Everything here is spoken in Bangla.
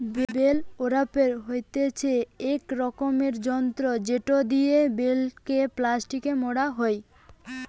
বেল ওরাপের হতিছে ইক রকমের যন্ত্র জেটো দিয়া বেল কে প্লাস্টিকে মোড়া হই